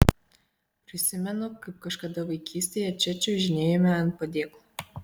prisimenu kaip kažkada vaikystėje čia čiuožinėjome ant padėklo